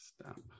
stop